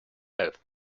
health